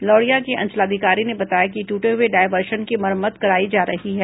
लौरिया के अंचलाधिकारी ने बताया है कि टूटे हुए डायवर्शन की मरम्मत कराई जा रही है